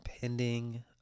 pending